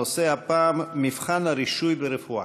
הנושא הפעם: מבחן הרישוי ברפואה.